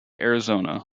arizona